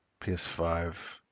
PS5